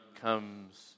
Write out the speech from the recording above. Comes